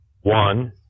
one